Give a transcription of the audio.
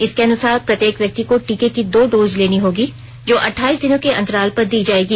इसके अनुसार प्रत्येक व्यक्ति को टीके की दो डोज लेनी होगी जो अठाइस दिनों के अंतराल पर दी जाएगी